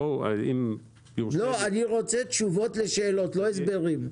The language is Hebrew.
אני רוצה תשובות לשאלות, לא הסברים.